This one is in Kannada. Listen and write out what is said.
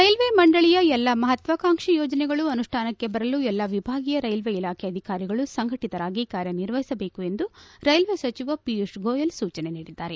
ರೈಲ್ವೆ ಮಂಡಳಿಯ ಎಲ್ಲ ಮಹತ್ವಾಕಾಂಕ್ಷಿ ಯೋಜನೆಗಳು ಅನುಷ್ಠಾನಕ್ಕೆ ಬರಲು ಎಲ್ಲ ವಿಭಾಗೀಯ ರೈಲ್ವೆ ಇಲಾಖೆ ಅಧಿಕಾರಿಗಳು ಸಂಘಟಿತರಾಗಿ ಕಾರ್ಯ ನಿರ್ವಹಿಸಬೇಕು ಎಂದು ರೈಲ್ವೆ ಸಚಿವ ಪಿಯೂಷ್ ಗೋಯಲ್ ಸೂಚನೆ ನೀಡಿದ್ದಾರೆ